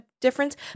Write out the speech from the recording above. difference